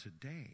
today